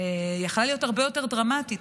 הייתה יכולה להיות הרבה יותר דרמטית,